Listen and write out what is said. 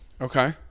Okay